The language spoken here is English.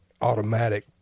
automatic